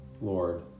Lord